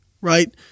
Right